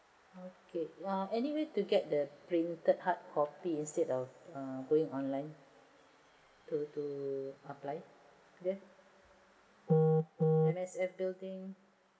okay uh anyway to get the printed hardcopy instead of going online to to apply ya M_S_F building